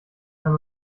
kann